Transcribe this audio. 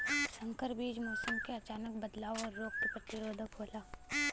संकर बीज मौसम क अचानक बदलाव और रोग के प्रतिरोधक होला